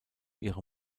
ihre